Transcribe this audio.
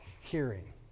hearing